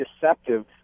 deceptive